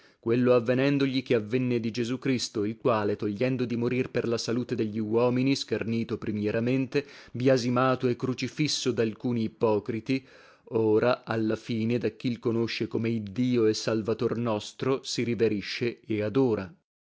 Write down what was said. quello avvenendogli che avvenne di gesù cristo il quale togliendo di morir per la salute degli uomini schernito primieramente biasimato e crucifisso dalcuni ippocriti ora alla fine da chi l conosce come iddio e salvator nostro si riverisce e adora